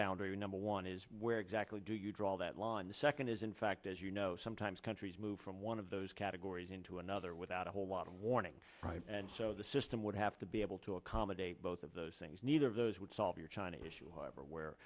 boundary number one is where exactly do you draw that line the second is in fact as you know sometimes countries move from one of those categories into another without a whole lot of warning and so the system would have to be able to accommodate both of those things neither of those would solve your china issue everwhere